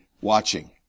watching